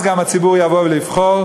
אז גם הציבור יבוא לבחור,